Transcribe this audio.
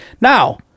Now